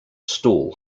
stall